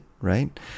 right